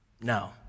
No